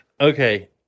Okay